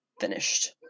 finished